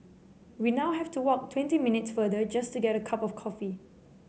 we now have to walk twenty minutes farther just to get a cup of coffee